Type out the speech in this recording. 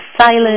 silent